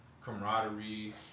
camaraderie